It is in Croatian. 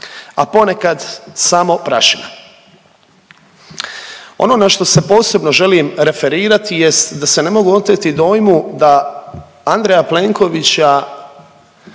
a ponekad samo prašina. Ono na što se posebno želim referirati jest da se ne mogu oteti dojmu da Andreja Plenkovića